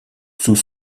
sous